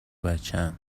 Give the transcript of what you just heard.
بچم